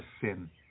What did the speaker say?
sin